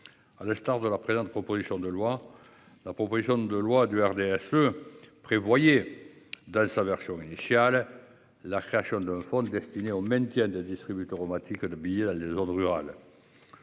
À l'instar de la présente, proposition de loi, la proposition de loi du RDSE. Prévoyait dans sa version initiale, la création d'un fonds destiné aux même qui a des distributeurs romantique le billet là les zones rurales.